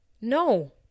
no